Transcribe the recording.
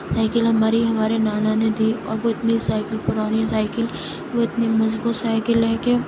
cycle ہماری ہمارے نانا ںے دی اور وہ اتنی سائیکل پرانی سائیکل وہ اتنی مضبوط سائیکل ہے کہ